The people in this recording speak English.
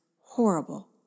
horrible